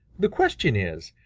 the question is,